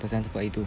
pasal tempat itu